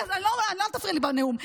אל תפריע לי בנאום.